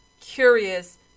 curious